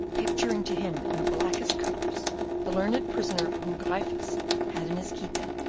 picturing to him in the blackest colours the learned prisoner whom gryphus had in his keeping,